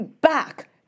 back